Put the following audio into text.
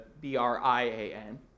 B-R-I-A-N